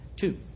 Two